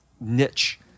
niche